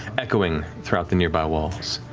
echoing throughout the nearby walls.